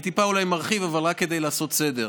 אני טיפה מרחיב, אבל רק כדי לעשות סדר.